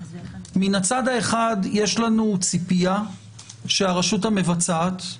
מן הצד האחד, יש לנו ציפייה שהרשות המבצעת,